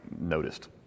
noticed